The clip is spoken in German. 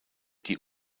die